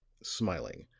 smiling,